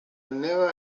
never